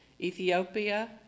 Ethiopia